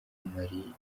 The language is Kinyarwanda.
marie